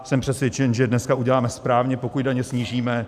Jsem přesvědčen, že dneska uděláme správně, pokud daně snížíme.